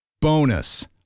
Bonus